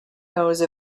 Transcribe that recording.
those